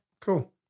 cool